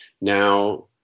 now